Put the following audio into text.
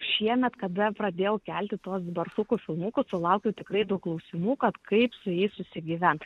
šiemet kada pradėjau kelti tuos barsukų filmukus sulaukiau tikrai daug klausimų kad kaip su jais susigyvent